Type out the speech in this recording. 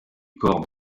corps